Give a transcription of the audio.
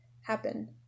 happen